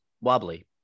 wobbly